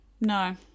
No